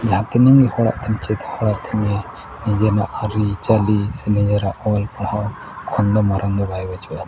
ᱡᱟᱦᱟᱸ ᱛᱤᱱᱟᱹᱜ ᱜᱮ ᱦᱚᱲᱟᱜ ᱛᱮᱢ ᱪᱮᱫ ᱦᱚᱲᱟᱜ ᱛᱮᱢ ᱤᱭᱟᱹᱭ ᱱᱤᱡᱮᱨᱟᱜ ᱟᱹᱨᱤᱪᱟᱹᱞᱤ ᱥᱮ ᱱᱤᱡᱮᱨᱟᱜ ᱚᱞ ᱯᱟᱲᱦᱟᱣ ᱠᱷᱚᱱ ᱫᱚ ᱢᱟᱨᱟᱝ ᱫᱚ ᱵᱟᱭ ᱵᱩᱡᱷᱟᱹᱜᱼᱟ